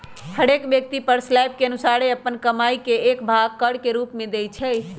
हरेक व्यक्ति कर स्लैब के अनुसारे अप्पन कमाइ के एक भाग कर के रूप में देँइ छै